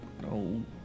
No